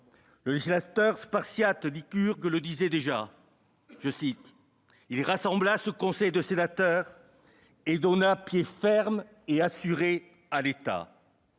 Le législateur spartiate Lycurgue le disait déjà :« Il rassembla ce conseil de sénateurs [...] et donna pied ferme et assuré à l'État.